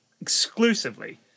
exclusively